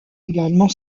également